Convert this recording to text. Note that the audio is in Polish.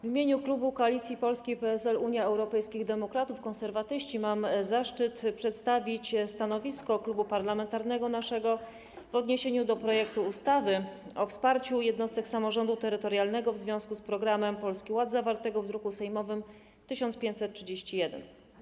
W imieniu klubu Koalicji Polskiej - PSL, Unii Europejskich Demokratów, Konserwatystów mam zaszczyt przedstawić stanowisko naszego klubu parlamentarnego w odniesieniu do projektu ustawy o wsparciu jednostek samorządu terytorialnego w związku z Programem Polski Ład, zawartego w druku sejmowym nr 1531.